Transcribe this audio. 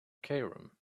cairum